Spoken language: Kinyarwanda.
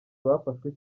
bafashwe